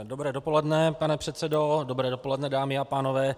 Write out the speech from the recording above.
Dobré dopoledne, pane předsedo, dobré dopoledne, dámy a pánové.